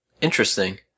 Interesting